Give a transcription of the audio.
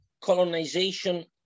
colonization